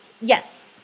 Yes